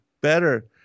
better